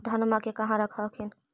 धनमा के कहा रख हखिन?